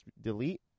Delete